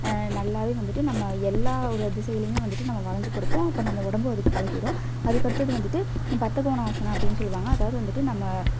நல்லாவே வந்துட்டு நம்ம எல்லா ஒரு திசைலியுமே வந்துட்டு நம்ம வளைஞ்சி கொடுப்போம் அப்போ நம்ம உடம்பும் அதுக்கு பழகிரும் அதுக்கடுத்தது வந்துட்டு பத்தகோணாசனா அப்படின் சொல்லுவாங்க அதாவது வந்துட்டு நம்ம